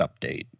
update